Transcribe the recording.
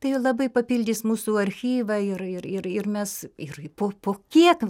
tai labai papildys mūsų archyvą ir ir ir mes ir po po kiek